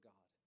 God